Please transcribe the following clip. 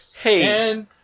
Hey